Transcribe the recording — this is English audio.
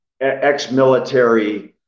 ex-military